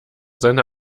seine